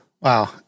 Wow